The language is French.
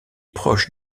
proches